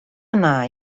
anar